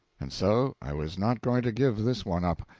and so i was not going to give this one up.